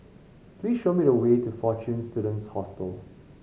please show me the way to Fortune Students Hostel